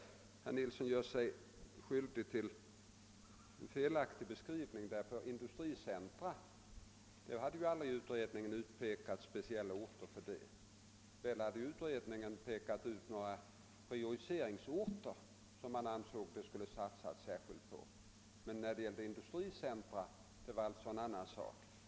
Herr Nilsson gör sig skyldig till en felaktig beskrivning. Utredningen har nämligen aldrig utpekat speciella orter som lämpliga industricentra. Den har visserligen nämnt några prioriteringsorter som den ansett att man skulle satsa särskilt på, men industricentra är en annan sak.